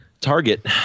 Target